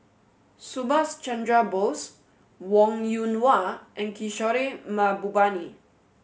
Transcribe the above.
Subhas Chandra Bose Wong Yoon Wah and Kishore Mahbubani